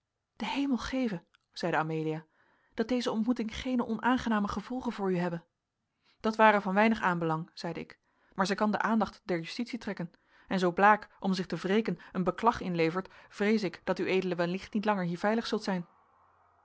de hemel geve zeide amelia dat deze ontmoeting geene onaangename gevolgen voor u hebbe dat ware van weinig aanbelang zeide ik maar zij kan de aandacht der justitie trekken en zoo blaek om zich te wreken een beklag inlevert vrees ik dat ued wellicht niet langer hier veilig zult zijn